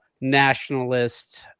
nationalist